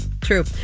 true